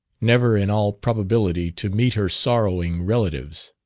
never in all probability to meet her sorrowing relatives.